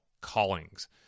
callings